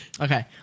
Okay